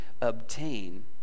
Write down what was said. obtain